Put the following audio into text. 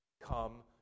come